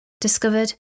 discovered